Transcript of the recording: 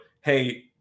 hey